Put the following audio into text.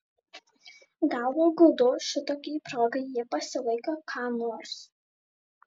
galvą guldau šitokiai progai ji pasilaikė ką nors